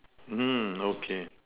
mm okay